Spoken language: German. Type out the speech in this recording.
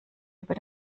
über